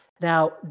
Now